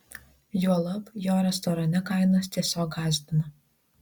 juolab jo restorane kainos tiesiog gąsdina